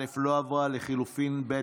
לחלופין א'